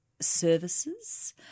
services